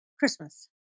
christmas